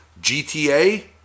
GTA